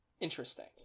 Interesting